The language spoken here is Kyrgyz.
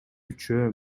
үчөө